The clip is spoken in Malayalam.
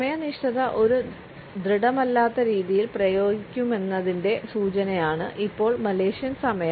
സമയനിഷ്ഠ ഒരു ദൃഢമല്ലാത്ത രീതിയിൽ പ്രയോഗിക്കുമെന്നതിന്റെ സൂചനയാണ് ഇപ്പോൾ മലേഷ്യൻ സമയം